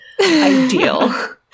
ideal